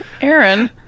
Aaron